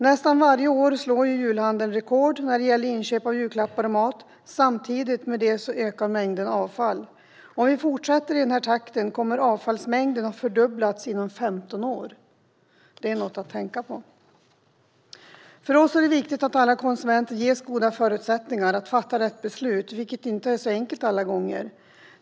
Nästan varje år slår julhandeln rekord när det gäller inköp av julklappar och mat, och samtidigt med det ökar mängden avfall. Om vi fortsätter i den här takten kommer avfallsmängden att ha fördubblats inom 15 år. Det är något att tänka på. För oss är det viktigt att alla konsumenter ges goda förutsättningar att fatta rätt beslut, vilket inte är så enkelt alla gånger.